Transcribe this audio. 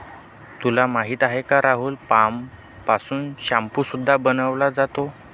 तुला माहिती आहे का राहुल? पाम पासून शाम्पू सुद्धा बनवला जातो